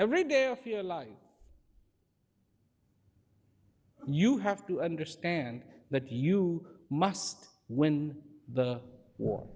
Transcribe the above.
every day of your life you have to understand that you must win the war